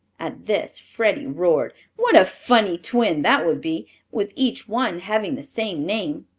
at this freddie roared. what a funny twin that would be with each one having the same name!